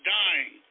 dying